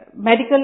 medical